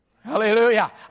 Hallelujah